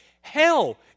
Hell